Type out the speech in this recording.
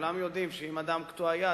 כולם יודעים שאם אדם קטוע יד,